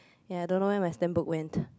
ya I don't know where my stamp book went